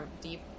deep